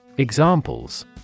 Examples